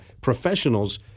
professionals